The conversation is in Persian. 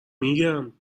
میگم